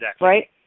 right